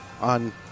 on